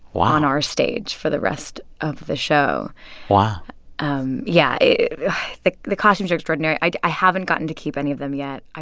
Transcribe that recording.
wow. on our stage for the rest of the show wow um yeah. the the costumes are extraordinary. i haven't gotten to keep any of them yet.